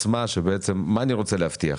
אני רוצה להבטיח?